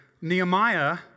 Nehemiah